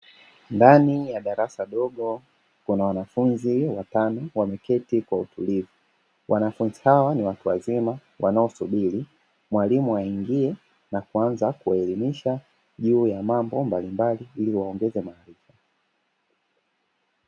Ndani ya darasa dogo kuna wanafunzi watano wameketi kwa utulivu wanafunzi hawa ni watu wazima wanaosubiri mwalimu aingie na kuanza kuelimisha juu ya mambo mbalimbali ili waongeze na maarifa.